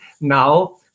now